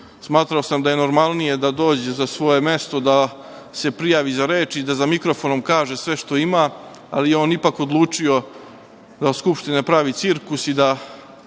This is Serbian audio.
Smatrao sam da je normalnije da dođe na svoje mesto, da se prijavi za reč i da za mikrofonom kaže sve što ima, ali je on ipak odlučio da od Skupštine pravi cirkus i da